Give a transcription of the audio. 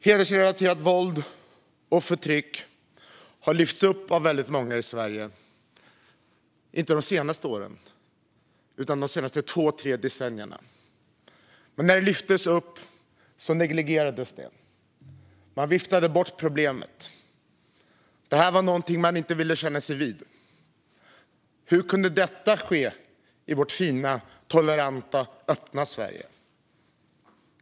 Hedersrelaterat våld och förtryck har lyfts upp av väldigt många i Sverige, inte bara de senaste åren utan de senaste två tre decennierna. Men när det lyftes upp negligerades det. Man viftade bort problemet. Det här var någonting man inte ville kännas vid. Hur kunde detta ske i vårt fina, toleranta och öppna Sverige?